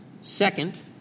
Second